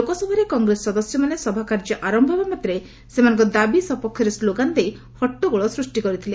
ଲୋକସଭାରେ କଂଗ୍ରେସ ସଦସ୍ୟମାନେ ସଭା କାର୍ଯ୍ୟ ଆରମ୍ଭ ହେବା ମାତ୍ରେ ସେମାନଙ୍କ ଦାବି ସପକ୍ଷରେ ସ୍କୋଗାନ୍ ଦେଇ ହଟଗୋଳ ସୃଷ୍ଟି କରିଥିଲେ